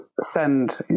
send